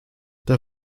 der